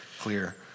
clear